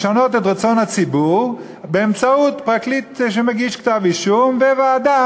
לשנות את רצון הציבור באמצעות פרקליט שמגיש כתב-אישום וועדה